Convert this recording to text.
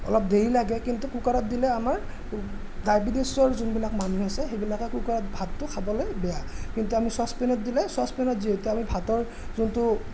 অলপ দেৰি লাগে কিন্তু কুকাৰত দিলে আমাৰ ডায়েবেটিছৰ যোনবিলাক মানুহ আছে সেইবিলাকে কুকাৰৰ ভাতটো খাবলৈ বেয়া কিন্তু আমি চছপেনত দিলে চছপেনত যিহেতু আমি ভাতৰ যোনটো